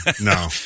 No